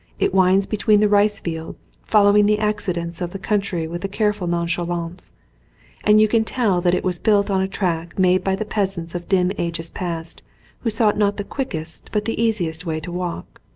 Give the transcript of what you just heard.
it winds between the rice fields following the accidents of the country with a careful nonchalance and you can tell that it was built on a track made by the peasant of dim ages past who sought not the quickest but the easiest way to walk.